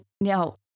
now